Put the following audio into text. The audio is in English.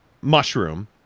mushroom